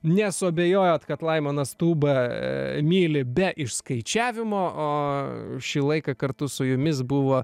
nesuabejojot kad laimonas tūbą myli be išskaičiavimo o šį laiką kartu su jumis buvo